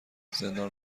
زندان